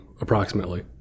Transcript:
approximately